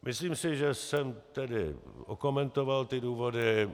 Myslím si, že jsem tedy okomentoval důvody.